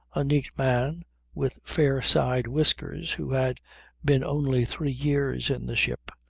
a neat man with fair side whiskers, who had been only three years in the ship,